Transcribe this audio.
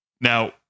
Now